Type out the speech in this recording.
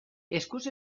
eskuz